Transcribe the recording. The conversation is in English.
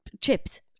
Chips